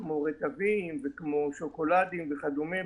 כמו רטבים וכמו שוקולדים וכדומה.